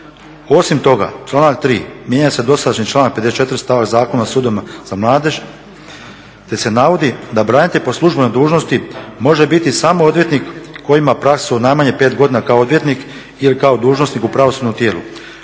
Osim toga članak 3. mijenja se dosadašnji članak 54. stavak Zakona o sudovima za mladež te se navodi da branitelj po službenoj dužnosti može biti samo odvjetnik koji ima praksu najmanje 5 godina kao odvjetnik ili kao dužnosnik u pravosudnom tijelu